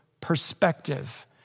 perspective